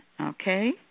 Okay